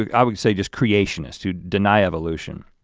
like i would say just creationists who deny evolution.